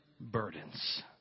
burdens